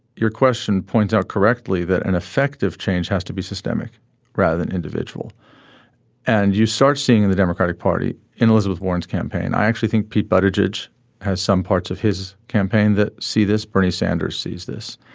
your question points out correctly that an effective change has to be systemic rather than individual and you start seeing in the democratic party in elizabeth warren's campaign i actually think pete but bridge has some parts of his campaign that see this bernie sanders sees this